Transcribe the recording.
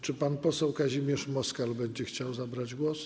Czy pan poseł Kazimierz Moskal będzie chciał zabrać głos?